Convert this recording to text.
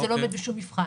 זה לא עומד בשום מבחן.